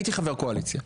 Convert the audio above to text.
הייתי חבר קואליציה,